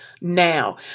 now